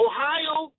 Ohio